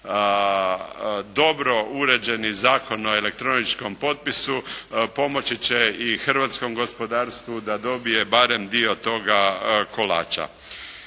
Dobro uređeni Zakon o elektroničkom potpisu pomoći će i hrvatskom gospodarstvu da dobije barem dio toga kolača.